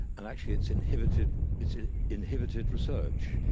and actually it's inhibited it's inhibited research.